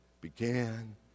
began